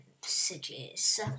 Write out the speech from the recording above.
Messages